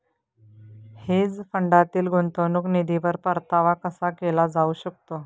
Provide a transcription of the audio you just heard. Hedge फंडातील गुंतवणूक निधीवर परतावा कसा केला जाऊ शकतो?